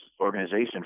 organization